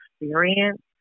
experience